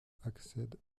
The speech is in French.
accèdent